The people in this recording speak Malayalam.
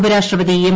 ഉപരാഷ്ട്രപതി എം